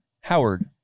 Howard